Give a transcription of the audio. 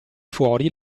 fuori